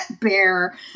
bear